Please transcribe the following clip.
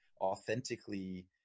authentically